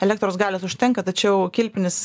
elektros galios užtenka tačiau kilpinis